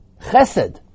Chesed